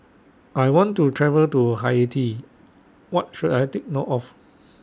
I want to travel to Haiti What should I Take note of